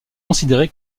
considéré